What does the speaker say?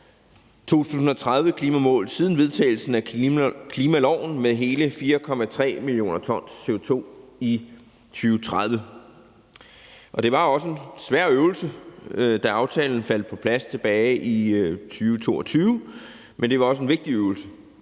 2030-klimamål siden vedtagelsen af klimaloven med hele 4,3 mio. t CO2 i 2030. Det var også en svær øvelse, da aftalen faldt på plads tilbage i 2022, men det var også en vigtig øvelse